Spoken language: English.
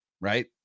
Right